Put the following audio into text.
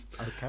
Okay